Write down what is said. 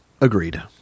Agreed